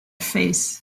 face